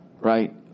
right